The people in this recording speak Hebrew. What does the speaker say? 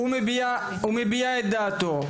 הוא מביע את דעתו.